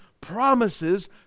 promises